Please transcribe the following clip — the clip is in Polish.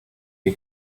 tej